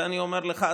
זה אני אומר לך,